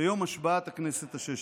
ביום השבעת הכנסת השש-עשרה.